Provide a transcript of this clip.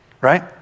right